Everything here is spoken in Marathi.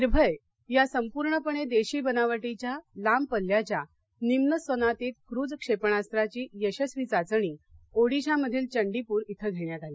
निर्भय या संपूर्णपणे देशी बनावटीच्या लांब पल्ल्याच्या निम्न स्वनातीत क्रूज क्षेपणास्त्राची यशस्वी चाचणी ओडीशामध्ये चांदीपूर इथं घेण्यात आली